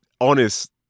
honest